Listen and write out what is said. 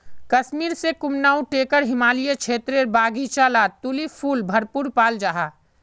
कश्मीर से कुमाऊं टेकर हिमालयी क्षेत्रेर बघिचा लात तुलिप फुल भरपूर पाल जाहा